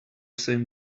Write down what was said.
same